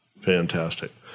Fantastic